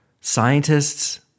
scientists